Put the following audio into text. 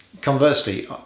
conversely